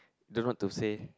don't know what to say